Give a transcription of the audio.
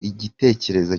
igitekerezo